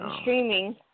streaming